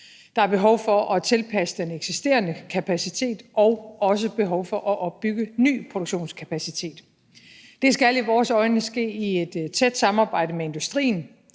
Der er behov for at tilpasse den eksisterende kapacitet og også behov for at opbygge ny produktionskapacitet. Det skal i vores øjne ske i et tæt samarbejde med industrien.